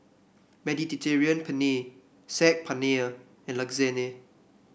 Mediterranean Penne Saag Paneer and Lasagne